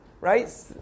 right